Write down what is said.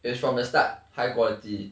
is from the start high quality